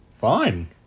Fine